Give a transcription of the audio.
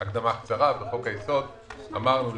הקדמה קצרה בחוק היסוד אמרנו,